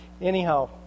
anyhow